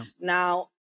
Now